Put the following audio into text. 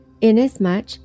inasmuch